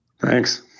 Thanks